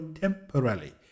temporarily